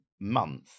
month